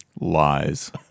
Lies